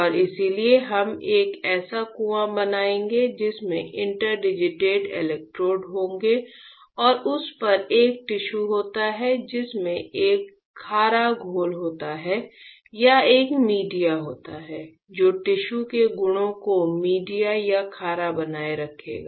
और इसलिए हम एक ऐसा कुआं बनाएंगे जिसमें इंटरडिजिटेड इलेक्ट्रोड होंगे और उस पर एक टिश्यू होता है जिसमें एक खारा घोल होता है या एक मीडिया होता है जो टिश्यू के गुणों को मीडिया या खारा बनाए रखेगा